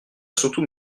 surtout